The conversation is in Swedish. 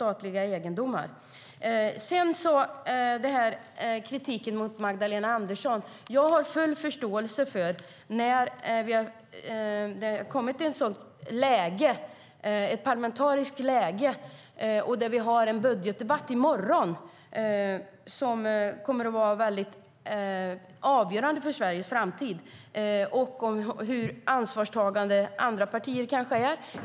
Angående kritiken mot Magdalena Andersson kan jag säga att jag har full förståelse för detta när nu det här parlamentariska läget uppstått. Vi har en budgetdebatt i morgon som kommer att vara avgörande för Sveriges framtid. Man kan kanske ifrågasätta hur ansvarstagande andra partier är.